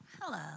Hello